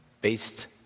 based